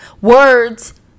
Words